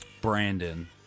Brandon